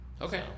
Okay